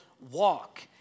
walk